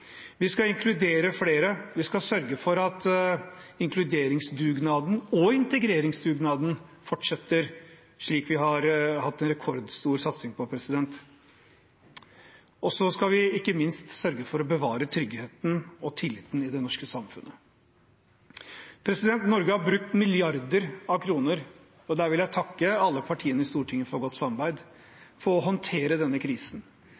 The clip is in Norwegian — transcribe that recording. Vi skal inkludere flere, vi skal sørge for at inkluderingsdugnaden og integreringsdugnaden fortsetter, slik vi har hatt en rekordstor satsing på. Og så skal vi ikke minst sørge for å bevare tryggheten og tilliten i det norske samfunnet. Norge har brukt milliarder av kroner, og der vil jeg takke alle partiene i Stortinget for et godt samarbeid om å håndtere denne krisen.